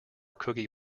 cookie